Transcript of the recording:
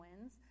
wins